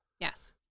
yes